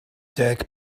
deg